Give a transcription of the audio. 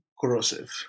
corrosive